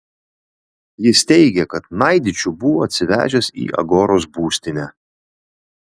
jis teigė kad naidičių buvo atsivežęs į agoros būstinę